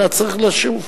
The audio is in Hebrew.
אלא צריך לשוב.